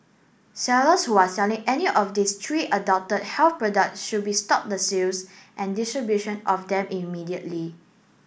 sellers who are selling any of these three adulterated health products should be stop the sales and distribution of them immediately